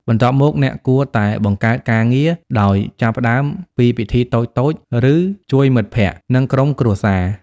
បន្ទាប់មក អ្នកគួរតែ បង្កើតការងារ ដោយចាប់ផ្តើមពីពិធីតូចៗ ឬជួយមិត្តភក្តិ និងក្រុមគ្រួសារ។